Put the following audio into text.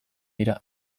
dira